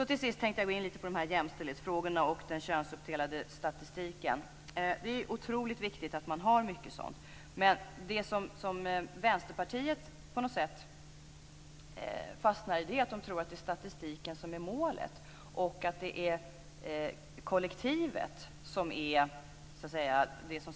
Till sist tänkte jag gå in lite på jämställdhetsfrågorna och den könsuppdelade statistiken. Det är otroligt viktigt att man har mycket sådant. Men det som Vänsterpartiet på något sätt fastnar i är att de tror att det är statistiken som är målet och att kollektivet ska sättas i fokus.